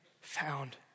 found